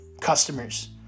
customers